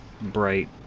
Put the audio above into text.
bright